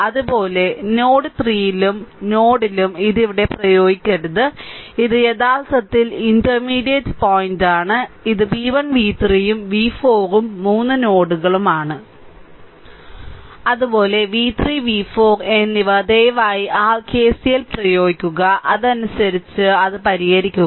അതുപോലെ നോഡ് 3 ലും നോഡിലും ഇത് ഇവിടെ പ്രയോഗിക്കരുത് ഇത് യഥാർത്ഥത്തിൽ ഇന്റർമീഡിയറ്റ് പോയിന്റാണ് ഇത് v 1 v 3 ഉം v 4 മൂന്ന് നോഡുകളുമാണ് അതുപോലെ v3 v4 എന്നിവ ദയവായി r KCL പ്രയോഗിക്കുക അതനുസരിച്ച് ദയവായി അത് പരിഹരിക്കുക